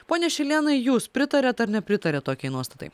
pone šilėnai jūs pritariat ar nepritariat tokiai nuostatai